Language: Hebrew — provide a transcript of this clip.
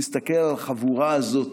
מסתכל על החבורה הזאת,